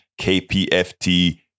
kpft